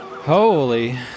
holy